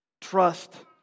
trust